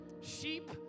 Sheep